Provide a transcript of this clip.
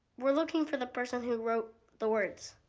we're looking for the person who wrote the words.